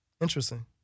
Interesting